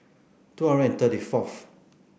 two hundred and thirty fourth